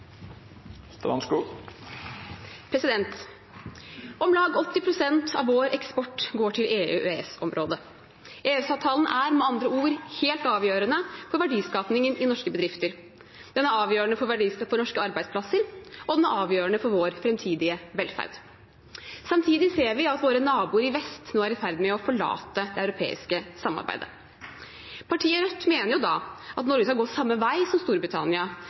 for. Om lag 80 pst. av vår eksport går til EU/EØS-området. EØS-avtalen er med andre ord helt avgjørende for verdiskapingen i norske bedrifter, for norske arbeidsplasser og for vår framtidige velferd. Samtidig ser vi at våre naboer i vest er i ferd med å forlate det europeiske samarbeidet. Partiet Rødt mener at Norge skal gå den samme veien som Storbritannia,